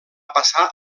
passar